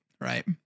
right